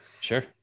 Sure